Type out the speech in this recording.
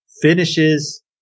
finishes